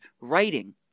writing